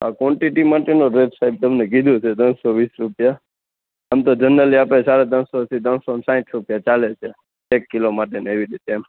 આ ક્વોન્ટીટી માટેનું રેટ સાહેબ તમને કીધું છે ત્રણ સો વીસ રૂપિયા આમ તો જનરલી આપણે સાડા ત્રણ સો થી ત્રણ સો ને સાંઠ રૂપિયા ચાલે છે એક કિલો માટેને એવી રીતે એમ